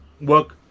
work